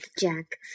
Jack